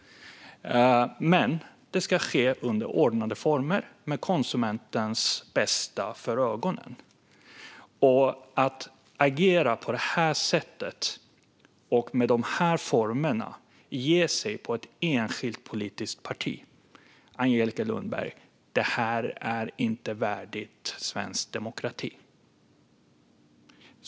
Men det ska ske under ordnade former med konsumentens bästa för ögonen. Att agera på detta sätt och under dessa former och ge sig på ett enskilt politiskt parti som Angelica Lundberg gör är inte värdigt svensk demokrati.